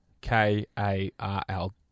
K-A-R-L